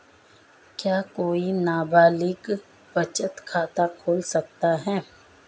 क्या कोई नाबालिग बचत खाता खोल सकता है?